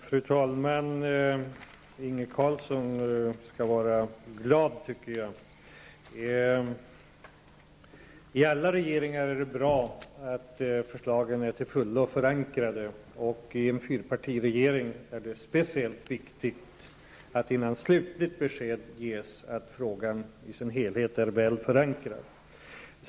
Fru talman! Inge Carlsson skall vara glad, tycker jag. I alla regeringar är det bra att förslagen är till fullo förankrade, och i en fyrpartiregering är det speciellt viktigt att innan slutligt besked ges frågan är i sin helhet väl förankrad.